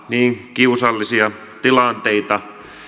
kiusallisia tilanteita